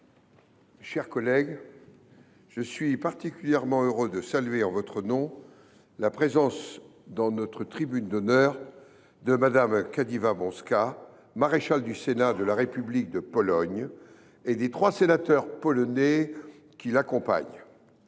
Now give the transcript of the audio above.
chers collègues, je suis particulièrement heureux de saluer en votre nom la présence dans notre tribune d’honneur de Mme Malgorzata Kidawa Blońska, maréchal du Sénat de la République de Pologne, et des trois sénateurs polonais qui l’accompagnent.